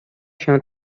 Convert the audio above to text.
się